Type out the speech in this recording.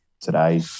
today